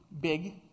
big